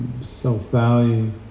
self-value